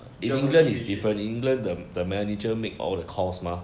germany which is